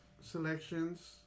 selections